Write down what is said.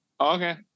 okay